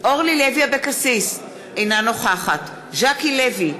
אורלי לוי אבקסיס, אינה נוכחת ז'קי לוי,